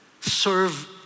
serve